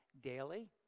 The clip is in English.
daily